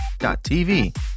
TV